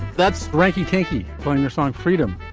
that's frankie tinky playing your song, freedom